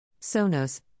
Sonos